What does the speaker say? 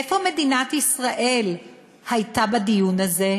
איפה מדינת ישראל הייתה בדיון הזה?